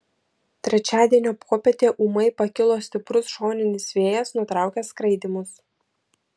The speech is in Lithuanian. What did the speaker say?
trečiadienio popietę ūmai pakilo stiprus šoninis vėjas nutraukęs skraidymus